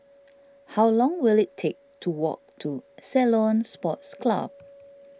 how long will it take to walk to Ceylon Sports Club